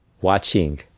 watching